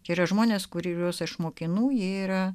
kiti žmonės kuriuos aš mokinu jie yra